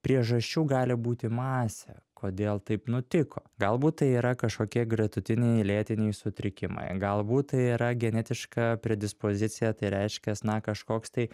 priežasčių gali būti masė kodėl taip nutiko galbūt tai yra kažkokie gretutiniai lėtiniai sutrikimai galbūt tai yra genetiška predispozicija tai reiškias na kažkoks tai